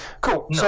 Cool